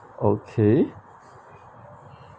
okay